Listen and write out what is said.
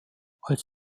als